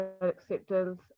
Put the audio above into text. acceptance